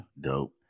Dope